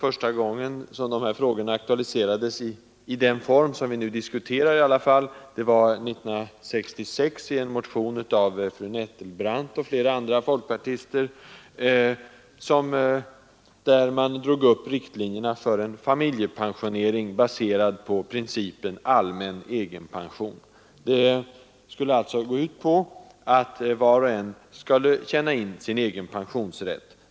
Första gången dessa frågor aktualiserades, i den form vi nu diskuterar dem, var i en motion av fru Nettelbrandt och flera andra folkpartister år 1966. De drog där upp riktlinjerna för en familjepensionering baserad på principen allmän egenpension. Förslaget gick ut på att var och en skulle tjäna in sin egen pensionsrätt.